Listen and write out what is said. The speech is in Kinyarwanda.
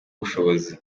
ubushobozi